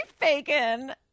bacon